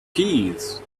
keys